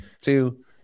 two